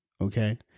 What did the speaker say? Okay